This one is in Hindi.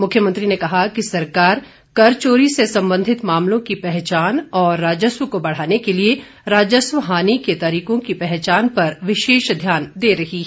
मुख्यमंत्री ने कहा कि सरकार कर चोरी से संबंधित मामलों की पहचान और राजस्व को बढ़ाने के लिए राजस्व हानी के तरीकों की पहचान पर विशेष ध्यान दे रही है